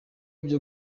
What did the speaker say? byo